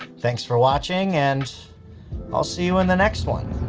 thanks for watching. and i'll see you in the next one.